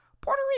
Puerto